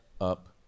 up